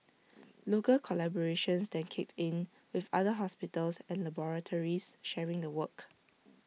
local collaborations then kicked in with other hospitals and laboratories sharing the work